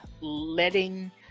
letting